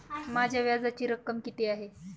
माझ्या व्याजाची रक्कम किती आहे?